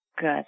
Good